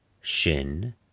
shin